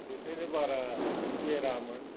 बेनिखायनो बारा एरामोन